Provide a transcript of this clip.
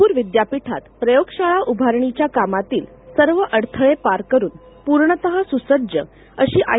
नागपूर विद्यापीठात प्रयोगशाळा उभारणीच्या कामातील सर्व अडथळे पार करून पूर्णत सुसज्ज अशी आय